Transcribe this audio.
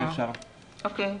אוקיי.